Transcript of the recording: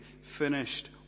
finished